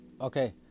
okay